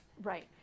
right